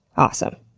awesome.